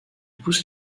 pousse